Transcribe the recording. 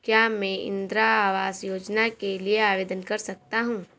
क्या मैं इंदिरा आवास योजना के लिए आवेदन कर सकता हूँ?